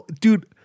Dude